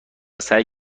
سعی